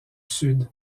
sud